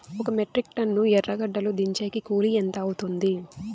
ఒక metric tonne ఎర్రగడ్డలు దించేకి కూలి ఎంత అవుతుంది?